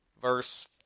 Verse